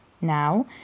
now